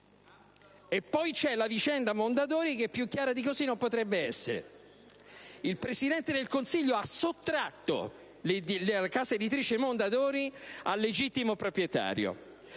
poi la vicenda Mondadori, che più chiara di così non potrebbe essere.*.* Il Presidente del Consiglio ha sottratto la casa editrice Mondadori al legittimo proprietario,